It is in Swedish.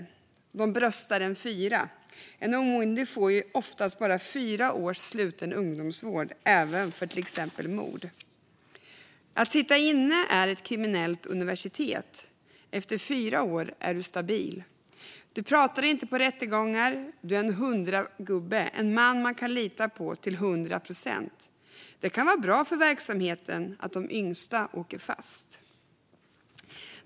Han säger att de "bröstar en fyra". En omyndig får ju oftast bara fyra års sluten ungdomsvård även för till exempel mord. Han säger vidare: Att sitta inne är ett kriminellt universitet. Efter fyra år är du stabil. Du pratar inte på rättegångar, du är en "100-gubbe", en man man kan lita på till 100 procent. Det kan vara bra för verksamheten att de yngsta åker fast.